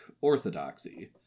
Orthodoxy